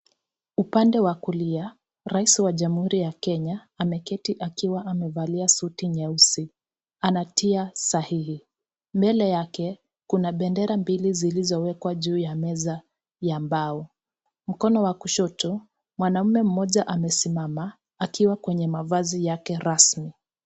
Upande wa kulia rais wa jamhuri ya Kenya ameketi akiwa amevalia suti nyeusi anatia sahihi. Mbele yake kuna bendera mbili zilizowekwa juu ya meza ya mbao . Mkono wa kushoto mwanaume amesimama akiwa kwenye mavazi yake rasmi.